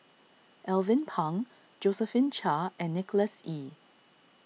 Alvin Pang Josephine Chia and Nicholas Ee